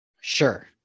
Sure